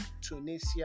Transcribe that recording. Tunisia